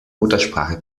muttersprache